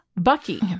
Bucky